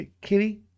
Kitty